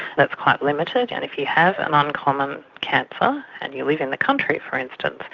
that's quite limited. and if you have an uncommon cancer but and you live in the country, for instance,